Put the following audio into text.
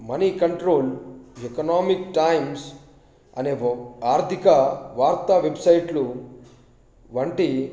money control Economic Times అనే ఆర్థిక వార్త వెబ్సైట్లు వంటి